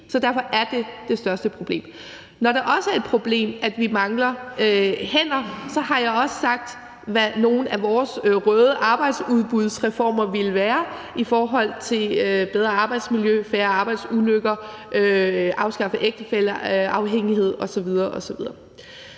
Så derfor er det det største problem. Når det også er et problem, at vi mangler hænder, har jeg også sagt, hvad nogle af vores røde arbejdsudbudsreformer ville være i forhold til bedre arbejdsmiljø, færre arbejdsulykker, afskaffelse af ægtefælleafhængighed osv.